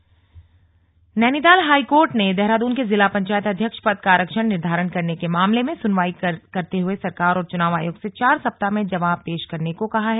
high court आदेश Nainital high court ने देहरादून के जिला पंचायत अध्यक्ष पद का आरक्षण निर्धारण करने के मामले में सुनवाई करते सरकार और चुनाव आयोग से चार सप्ताह में जवाब पेश करने को कहा है